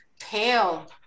pale